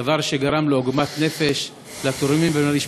דבר שגרם עוגמת נפש לתורמים ולמשפחות.